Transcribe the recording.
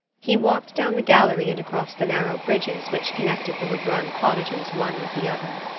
he walked down the gallery and across the narrow bridges which connected the lebrun cottages one with the other.